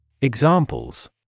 Examples